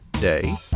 Day